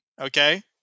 okay